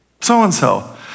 so-and-so